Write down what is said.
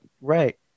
right